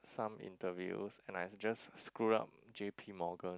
some interviews and I just screw up J_P Morgan